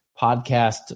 podcast